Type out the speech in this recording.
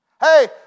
Hey